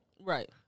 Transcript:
right